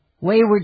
wayward